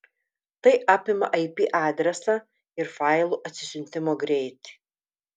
tai apima ip adresą ir failų atsisiuntimo greitį